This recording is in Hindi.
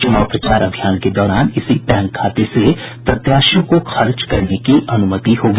चुनाव प्रचार अभियान के दौरान इसी बैंक खाते से प्रत्याशियों को खर्च करने की अनुमति होगी